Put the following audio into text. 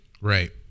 Right